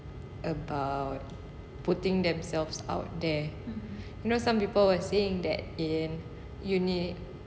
about putting themselves out there you know some people were saying that in unique